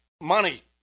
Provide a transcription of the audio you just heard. Money